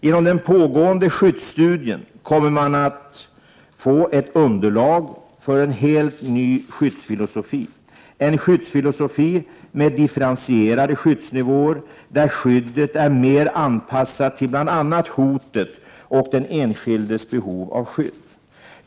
Genom den pågående skyddsstudien kommer man att få ett underlag för en helt ny skyddsfilosofi, en skyddsfilosofi med differentierade skyddsnivåer där skyddet är mer anpassat till bl.a. hotet och den enskildes behov av skydd.